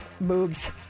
boobs